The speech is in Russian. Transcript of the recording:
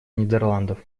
нидерландов